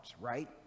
right